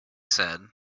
said